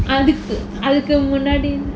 அதுக்கு அதுக்கு முன்னாடி:athukku athukku munnaadi